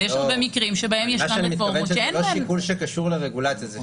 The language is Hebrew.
אבל יש הרבה מקרים שיש רפורמות שאין